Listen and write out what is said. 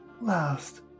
last